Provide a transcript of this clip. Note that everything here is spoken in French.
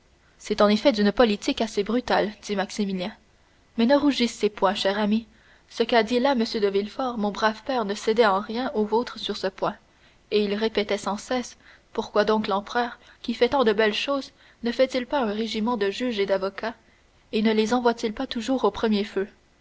c'est en effet d'une politique assez brutale dit maximilien mais ne rougissez point chère amie de ce qu'a dit là m de villefort mon brave père ne cédait en rien au vôtre sur ce point et il répétait sans cesse pourquoi donc l'empereur qui fait tant de belles choses ne fait-il pas un régiment de juges et d'avocats et ne les envoie t il pas toujours au premier feu